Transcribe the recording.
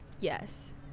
yes